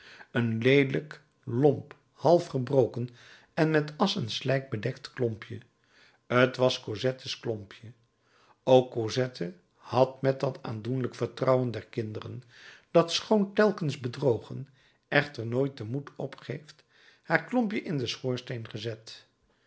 een leelijk lomp half gebroken en met asch en slijk bedekt klompje t was cosettes klompje ook cosette had met dat aandoenlijk vertrouwen der kinderen dat schoon telkens bedrogen echter nooit den moed opgeeft haar klompje in den schoorsteen gezet